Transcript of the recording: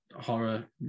horror